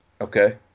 Okay